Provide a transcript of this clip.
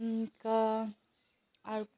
अन्त अर्को